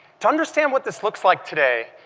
to understand what this looks like today,